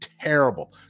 terrible